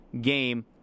game